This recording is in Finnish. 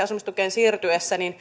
asumistukeen siirtymisestä